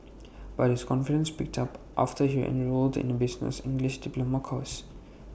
but his confidence picked up after he enrolled in A business English diploma course